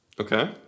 Okay